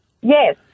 yes